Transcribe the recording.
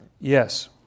Yes